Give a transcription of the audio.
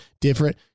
different